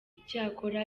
icyakora